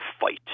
fight